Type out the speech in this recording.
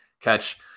catch